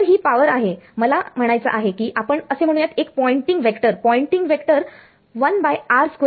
तर ही पावर आहे मला म्हणायचं आहे की आपण असे म्हणूयात एक पॉयंटिंग वेक्टर पॉयंटिंग वेक्टर सारखी जाते बरोबर आहे